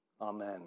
Amen